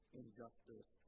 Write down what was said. injustice